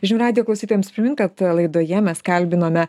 žinių radijo klausytojams primint kad laidoje mes kalbinome